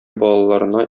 балаларына